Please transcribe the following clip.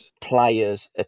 players